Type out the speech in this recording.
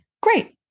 great